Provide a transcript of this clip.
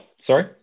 sorry